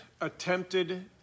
attempted